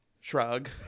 Shrug